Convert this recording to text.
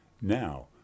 Now